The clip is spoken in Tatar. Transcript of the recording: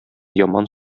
яман